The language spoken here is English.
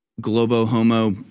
globo-homo